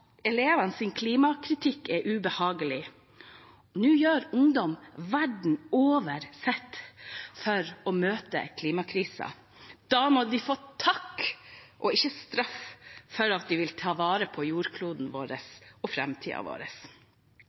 klimakritikk er ubehagelig. Nå gjør ungdom verden over sitt for å møte klimakrisen. Da må de få takk, ikke straff, for at de vil ta vare på jordkloden vår og framtiden vår.